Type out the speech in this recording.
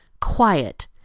quiet